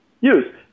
use